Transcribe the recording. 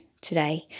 today